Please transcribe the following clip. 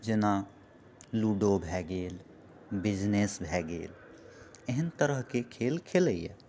जेना लूडो भै गेल बिजनेस भै गेल एहन तरहके खेल खेलयए